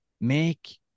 make